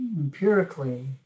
empirically